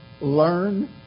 learn